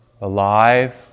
alive